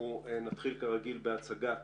נתחיל בהצגת